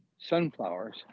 sunflowers